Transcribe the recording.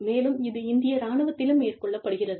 மேலும் இது இந்திய இராணுவத்திலும் மேற்கொள்ளப்படுகிறது